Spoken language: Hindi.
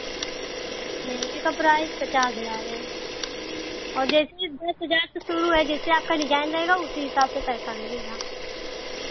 लहंगे का प्राइस पचास हज़ार है और जैसे दस हज़ार से शुरू है जैसे आपका डिजाइन रहेगा उसी हिसाब से पैसा लगेगा